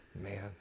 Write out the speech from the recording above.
Man